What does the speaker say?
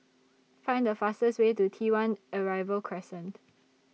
Find The fastest Way to T one Arrival Crescent